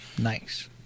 Nice